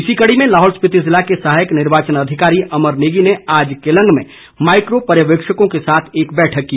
इसी कड़ी में लाहौल स्पिति जिला के सहायक निर्वाचन अधिकारी अमर नेगी ने आज केलंग में माईक्रो पर्यवेक्षकों के साथ एक बैठक की